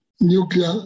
nuclear